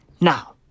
Now